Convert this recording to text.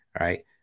right